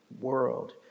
world